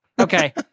Okay